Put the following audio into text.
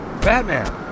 Batman